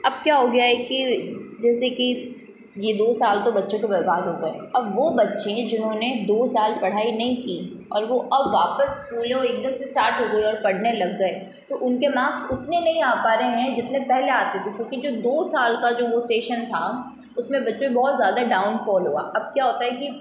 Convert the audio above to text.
अब क्या हो गया है कि जैसे कि ये दो साल तो बच्चों के बर्बाद हो गए अब वो बच्चे जिन्होंने दो साल पढ़ाई नहीं की और वो अब वापस स्कूलें एकदम से स्टार्ट हो गईं और पढ़ने लग गए तो उनके मार्क्स उतने नहीं आ पा रहे हैं जितने पहले आते थे क्योंकि जो दो साल का जो वो सेशन था उसमें बच्चे बहुत ज़्यादा डाउनफ़ॉल हुआ अब क्या होता है कि